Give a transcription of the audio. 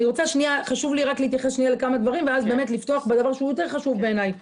חשוב לי להתייחס לכמה דברים ואז לפתוח במשהו שבעיניי הוא